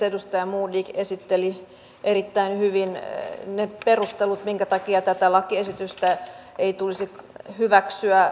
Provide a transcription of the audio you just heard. edustaja modig esitteli erittäin hyvin ne perustelut minkä takia tätä lakiesitystä ei tulisi hyväksyä